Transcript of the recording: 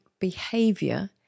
behavior